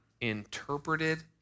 interpreted